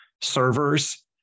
servers